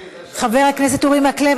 חבר הכנסת אורי מקלב,